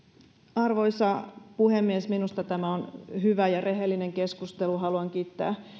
arvoisa puhemies minusta tämä on hyvä ja rehellinen keskustelu haluan kiittää